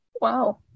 Wow